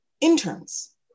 interns